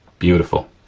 beautiful,